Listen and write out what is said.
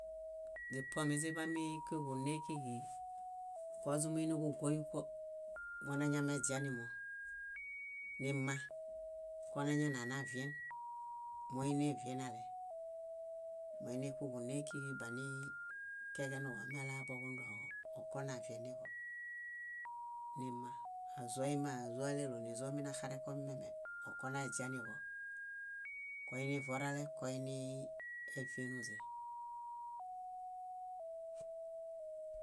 . Źipuo moźiḃami kuġune kíġi, kóźumuiniġugoyũko. Monañameźianimo nima, konañananavien, moinievienale. Moinikuġune kíġi banikeġenuġomelaa boḃundoġo, okonavieniġo nima. Ázoimiazualelonizo manaxarẽkomimiame, konaeźianiġo. Koinivuorale, koinii évienunźe.